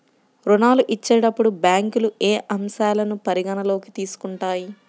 ఋణాలు ఇచ్చేటప్పుడు బ్యాంకులు ఏ అంశాలను పరిగణలోకి తీసుకుంటాయి?